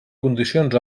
condicions